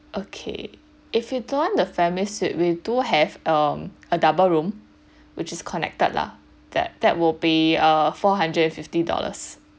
okay if you don't want the family suite we do have um a double room which is connected lah that that will be err four hundred and fifty dollars